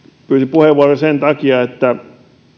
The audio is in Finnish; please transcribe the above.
puheenvuoron sen takia että